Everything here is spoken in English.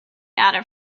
data